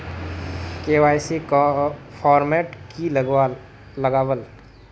KYC format की लगावल?